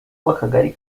w’akagari